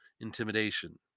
intimidation